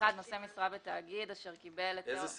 באיזה סעיף?